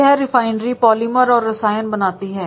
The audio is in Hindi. यह रिफाइनरी पॉलीमर और रसायन बनाती है